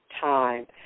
time